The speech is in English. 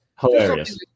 Hilarious